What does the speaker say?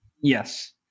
Yes